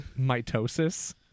Mitosis